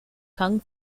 kung